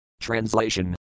TRANSLATION